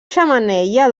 xemeneia